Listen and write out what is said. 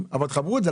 רב-לאומית"